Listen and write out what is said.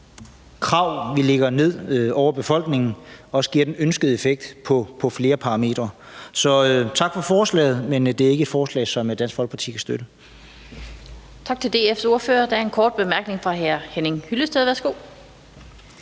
krav, vi lægger ned over befolkningen, også giver den ønskede effekt på flere parametre. Så tak for forslaget, men det er ikke et forslag, som Dansk Folkeparti kan støtte. Kl. 16:40 Den fg. formand (Annette Lind): Tak til Dansk Folkepartis ordfører. Der er en kort bemærkning fra hr. Henning Hyllested.